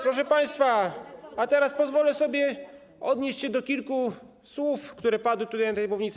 Proszę państwa, a teraz pozwolę sobie odnieść się do kilku słów, które padły tutaj, z tej mównicy.